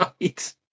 Right